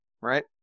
right